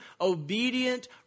obedient